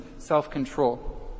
self-control